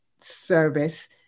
service